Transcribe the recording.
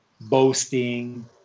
boasting